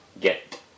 get